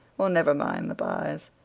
well, never mind the pyes.